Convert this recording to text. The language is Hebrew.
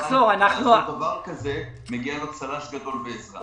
אחרי דבר כזה מגיע להם צל"ש גדול ועזרה.